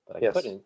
Yes